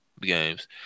games